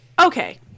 okay